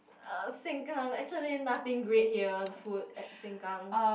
uh Sengkang actually nothing great here the food at Sengkang